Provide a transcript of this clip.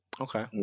Okay